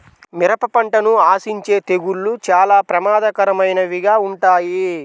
మిరప పంటను ఆశించే తెగుళ్ళు చాలా ప్రమాదకరమైనవిగా ఉంటాయి